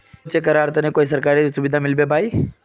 की होचे करार तने कोई सरकारी सुविधा मिलबे बाई?